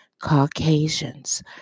Caucasians